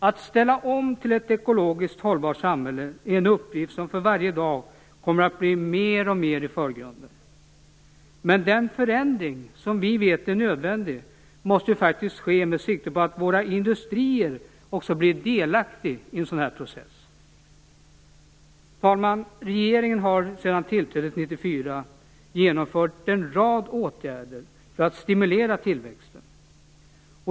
Att ställa om till ett ekologiskt hållbart samhälle är en uppgift som för varje dag kommer att stå alltmer i förgrunden. Den förändring som vi vet är nödvändig måste ske med sikte på att våra industrier också blir delaktiga i en sådan process. Herr talman! Regeringen har sedan tillträdet år 1994 genomfört en rad åtgärder för att stimulera tillväxten.